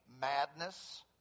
Madness